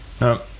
No